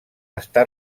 està